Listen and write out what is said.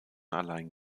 allein